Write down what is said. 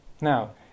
Now